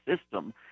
system